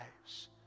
lives